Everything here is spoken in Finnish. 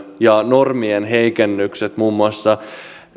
ja normien heikennykset muun muassa